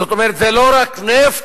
זאת אומרת, זה לא רק נפט,